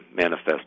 manifest